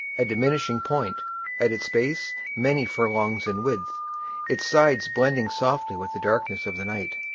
a diminishing point at its base, many furlongs in width its sides blending softly with the darkness of the night,